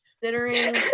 considering